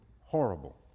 horrible